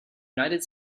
united